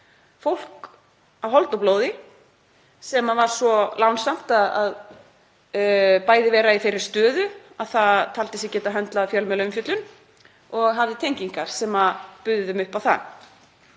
fólk af holdi og blóði sem var svo lánsamt að vera í þeirri stöðu að það taldi sig geta höndlað fjölmiðlaumfjöllun og hafði tengingar sem buðu upp á það.